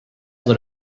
lit